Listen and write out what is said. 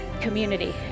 community